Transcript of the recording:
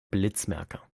blitzmerker